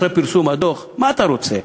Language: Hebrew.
אחרי פרסום הדוח: מה אתה רוצה,